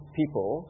people